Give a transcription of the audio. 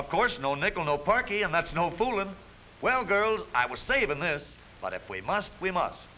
of course no nickel no parky and that's no foolin well girl i was saving this but if we must we must